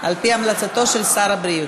על-פי המלצתו של שר הבריאות.